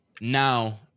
now